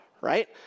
right